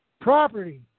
property